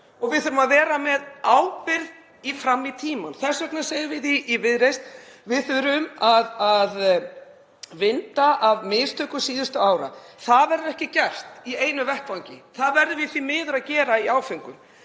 og við þurfum ábyrgð fram í tímann. Þess vegna segjum við í Viðreisn: Við þurfum að vinda ofan af mistökum síðustu ára. Það verður ekki gert í einu vetfangi. Það verðum við því miður að gera í áföngum.